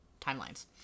timelines